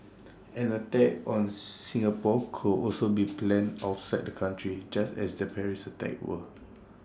an attack on Singapore could also be planned outside the country just as the Paris attacks were